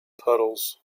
puddles